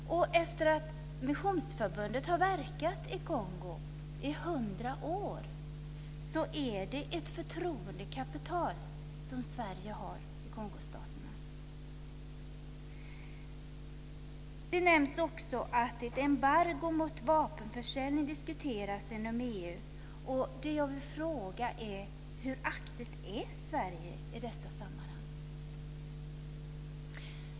Efter att Missionsförbundet har verkat i Kongo i hundra år är det ett förtroendekapital som Sverige har i Kongostaterna. Det nämns också att ett embargo mot vapenförsäljning diskuteras inom EU. Det jag vill fråga är: Hur aktivt är Sverige i dessa sammanhang?